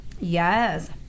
Yes